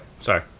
Sorry